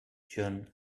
john